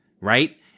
right